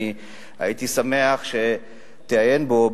הייתי שמח אם תעיין בו,